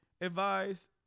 advised